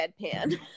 deadpan